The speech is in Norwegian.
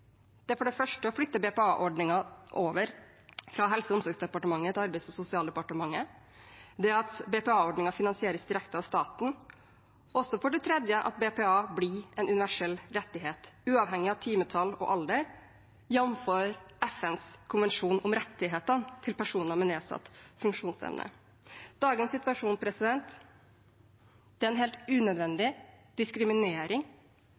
Det er for det første å flytte BPA-ordningen over fra Helse- og omsorgsdepartementet til Arbeids- og sosialdepartementet. Det er at BPA-ordningen finansieres direkte av staten. Det er for det tredje at BPA blir en universell rettighet, uavhengig av timetall og alder, jf. FNs konvensjon om rettighetene til personer med nedsatt funksjonsevne. Dagens situasjon er en helt